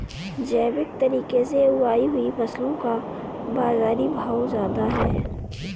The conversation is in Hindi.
जैविक तरीके से उगाई हुई फसलों का बाज़ारी भाव ज़्यादा है